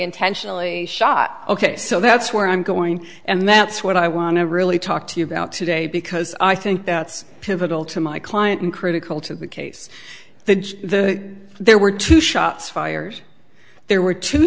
intentionally shot ok so that's where i'm going and that's what i want to really talk to you about today because i think it's pivotal to my client and critical to the case the there were two shots fires there were two